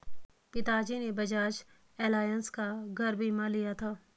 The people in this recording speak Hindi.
पिताजी ने बजाज एलायंस का घर बीमा लिया था